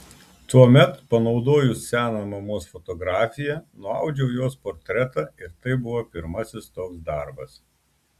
tuomet panaudojus seną mamos fotografiją nuaudžiau jos portretą ir tai buvo pirmasis toks darbas